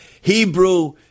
Hebrew